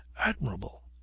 Admirable